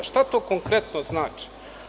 Šta to konkretno znači?